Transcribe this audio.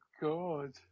God